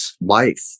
life